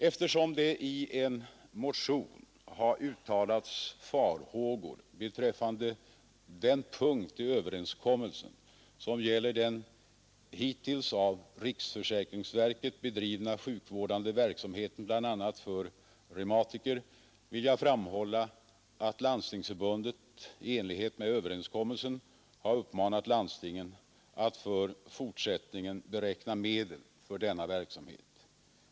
Eftersom det i en motion har uttalats farhågor beträffande den punkt i överenskommelsen som gäller den hittills av riksförsäkringsverket bedrivna sjukvårdande verksamheten bl.a. för reumatiker, vill jag framhålla att landstingsförbundet i enlighet med överenskommelsen har uppmanat landstingen att för fortsättningen beräkna medel för denna verksamhet.